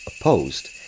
opposed